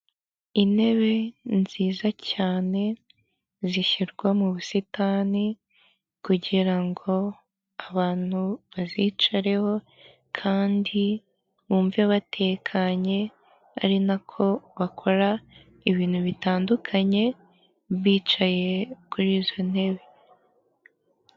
Intebe nziza cyane zishyirwa mu busitani kugira ngo abantu bazicareho kandi bumve batekanye ari nako bakora ibintu bitandukanye bicaye kuri izo ntebe.